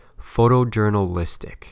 Photojournalistic